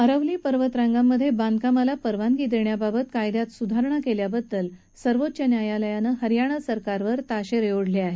अरवली पर्वतरांगामध्ये बांधकामाला परवानगी देण्याबाबत कायद्यात सुधारणा केल्याबद्दल सर्वोच्च न्यायालयानं हरयाणा सरकारवर ताशेरे ओढले आहेत